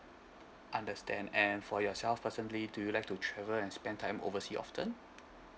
understand and for yourself personally do you like to travel and spend time oversea often